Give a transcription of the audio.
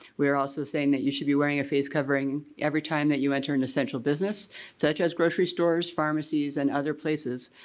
we are also saying that you should be wearing a face covering every time that you enter an essential business such as grocery stores, pharmacies, and other places.